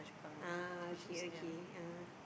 ah okay okay ah